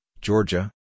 Georgia